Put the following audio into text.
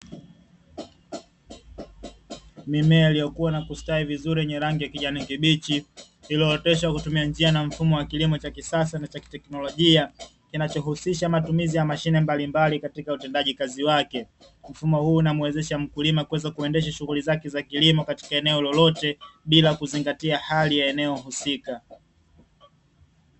Mimea iliyokua na kustawi vizuri yenye rangi ya kijani kibichi, iliyooteshwa kwa kutumia njia na mfumo wa kilimo cha kisasa na cha kiteknolojia, kinachohusisha matumizi ya mashine mbalimbali katika utendaji kazi wake. Mfumo huu unamuwezesha mkulima kuweza kuendesha shughuli zake za kilimo katika eneo lolote, bila kuzingatia hali ya eneo husika.